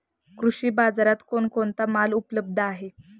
कृषी बाजारात कोण कोणता माल उपलब्ध आहे?